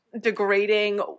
degrading